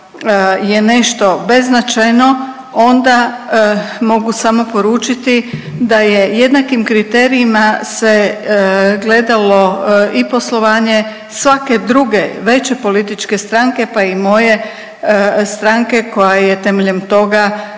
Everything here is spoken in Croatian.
nešto beznačajno onda mogu samo poručiti da je jednakim kriterijima se gledalo i poslovanje svake druge veće političke stranke pa i moje stranke koja je temeljem toga